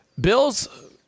Bills